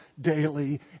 daily